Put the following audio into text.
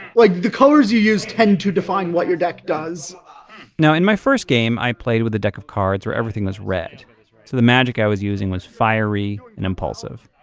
like the colors you use tend to define what your deck does now in my first game, i played with a deck of cards where everything was red. so the magic i was using was fiery and impulsive.